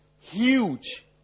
huge